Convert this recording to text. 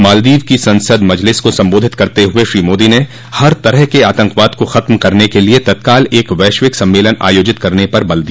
मालदीव की संसद मजलिस को सम्बोधित करते हुए श्री मोदी ने हर तरह के आतंकवाद को खत्म करने के लिए तत्काल एक वैश्विक सम्मेलन आयोजित करने पर बल दिया